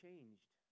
changed